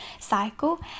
cycle